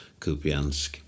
Kupiansk